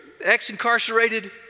ex-incarcerated